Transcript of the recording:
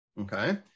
Okay